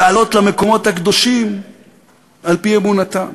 לעלות למקומות הקדושים על-פי אמונתם.